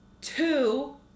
Two